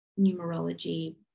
numerology